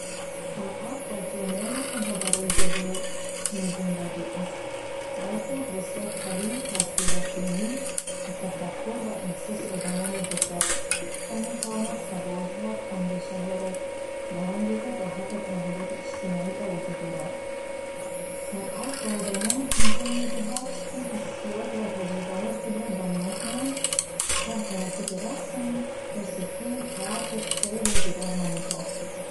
Санъат дар ҷомеа на танҳо барои зебоии зиндагӣ аст, балки як воситаи қавии таъсиррасонӣ ба тафаккур ва эҳсоси одамон мебошад. Он метавонад савол диҳад, андешаҳоро барангезад ва ҳатто тағйироти иҷтимоӣ ба вуҷуд орад. Санъат ба одамон имкон медиҳад, ки ҳиссиёт ва таҷрибаҳои худро баён кунанд. Хоҳ тавассути расм, мусиқӣ, театр, шеър ё дигар намудҳо.